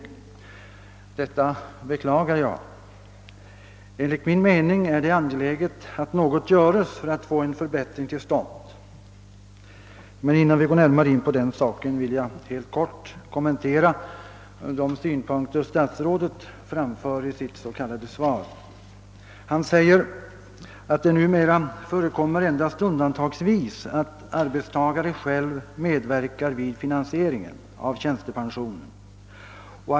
Detta beklagar jag. Enligt min mening är det angeläget att något göres för att få en förbättring till stånd. Men innan jag går närmare in på den saken vill jag helt kort kommentera de synpunkter statsrådet framför i sitt s.k. svar. Statsrådet säger bl.a.: »Det torde numera förekomma endast undantagsvis att arbetstagare själv medverkar vid finansieringen av sin tjänstepension.